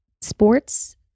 sports